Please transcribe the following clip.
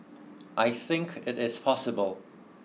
I think it is possible